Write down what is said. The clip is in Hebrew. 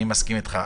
אני מסכים איתך.